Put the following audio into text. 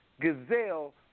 gazelle